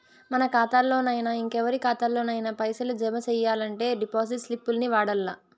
మన కాతాల్లోనయినా, ఇంకెవరి కాతాల్లోనయినా పైసలు జమ సెయ్యాలంటే డిపాజిట్ స్లిప్పుల్ని వాడల్ల